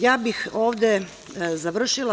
Ja bih ovde završila.